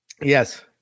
Yes